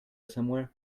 somewhere